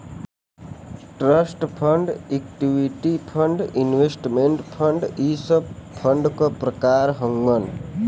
trust fund equity fund investment fund इ सब fund क प्रकार हउवन